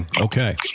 Okay